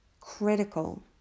critical